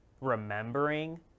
remembering